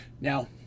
Now